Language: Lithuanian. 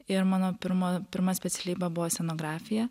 ir mano pirma pirma specialybė buvo scenografija